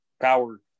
power